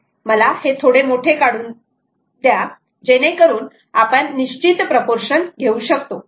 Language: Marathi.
मला हे थोडे मोठे काढून द्या जेणेकरून आपण निश्चित प्रपोर्शन घेऊ शकतो